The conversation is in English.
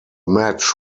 match